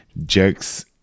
jokes